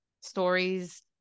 stories